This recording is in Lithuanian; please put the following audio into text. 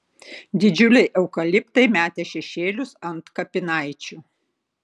didžiuliai eukaliptai metė šešėlius ant kapinaičių